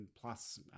plus